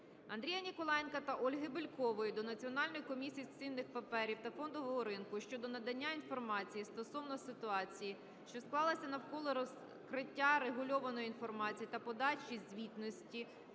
Андрія Ніколаєнка та Ольги Бєлькової до Національної комісії з цінних паперів та фондового ринку щодо надання інформації стосовно ситуації, що склалась навколо розкриття регульованої інформації та подачі звітності